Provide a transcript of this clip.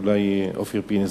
אולי אופיר פינס,